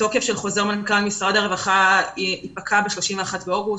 תוקף חוזר מנכ"ל משרד הרווחה יפקע ב-31 באוגוסט,